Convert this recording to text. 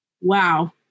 wow